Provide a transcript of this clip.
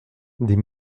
des